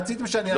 רציתם שאענה.